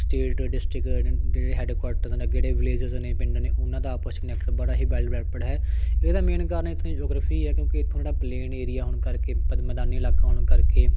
state district ਡ ਜਿਹੜੇ headquarters ਨੇ ਅੱਗੇ ਜਿਹੜੇ ਵਿਲੇਜਸ ਨੇ ਪਿੰਡ ਨੇ ਉਹਨਾਂ ਦਾ ਆਪਸ ਕਨੈਕਟ ਬੜਾ ਹੀ ਵੈੱਲ ਡਿਵੈਲਪਡ ਹੈ ਇਹਦਾ ਮੇਨ ਕਾਰਨ ਇੱਥੋਂ ਦੀ ਜੌਗਰਾਫ਼ੀ ਹੈ ਕਿਉਂਕਿ ਇੱਥੋਂ ਜਿਹੜਾ ਪਲੇਨ ਏਰੀਆ ਹੋਣ ਕਰਕੇ ਪਦ ਮੈਦਾਨੀ ਇਲਾਕਾ ਹੋਣ ਕਰਕੇ